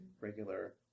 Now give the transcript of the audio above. regular